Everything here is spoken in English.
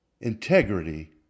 integrity